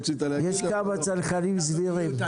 יש כמה צנחנים סבירים.